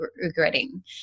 regretting